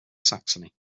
saxony